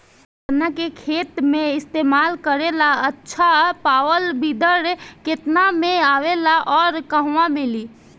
गन्ना के खेत में इस्तेमाल करेला अच्छा पावल वीडर केतना में आवेला अउर कहवा मिली?